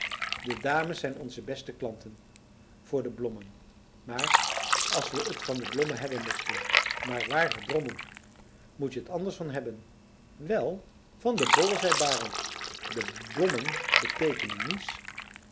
de dames zijn onze beste klanten voor de blommen maar as we t van de blommen hebben mosten maar waar drommel moet je t anders van hebben wel van de bollen zei barend de blommen beteekenen